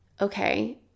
Okay